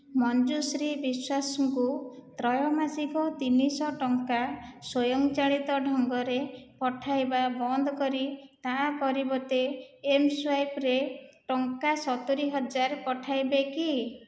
ମଞ୍ଜୁଶ୍ରୀ ବିଶ୍ୱାସଙ୍କୁ ତ୍ରୈମାସିକ ତିନିଶହ ଟଙ୍କା ସ୍ୱୟଂଚାଳିତ ଢଙ୍ଗରେ ପଠାଇବା ବନ୍ଦ କରି ତା ପରିବର୍ତ୍ତେ ଏମ୍ସ୍ୱାଇପ୍ରେ ତାଙ୍କ ସତୁରି ହଜାର ପଠାଇବେ କି